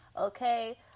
Okay